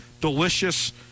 delicious